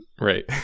right